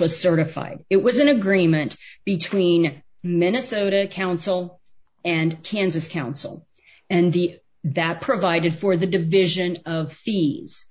was certified it was an agreement between a minnesota counsel and kansas counsel and the that provided for the division of fees